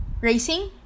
racing